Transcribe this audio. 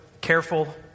Careful